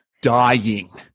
dying